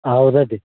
అవునండి